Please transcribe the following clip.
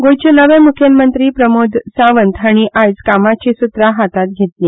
गोंयचे नवे मुख्यमंत्री प्रमोद सावंत हांणी आयज कामाची सुत्रां हातांत घेतली